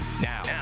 Now